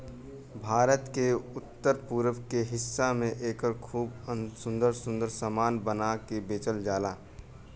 भारत के उत्तर पूरब के हिस्सा में एकर खूब सुंदर सुंदर सामान बना के बेचल जाला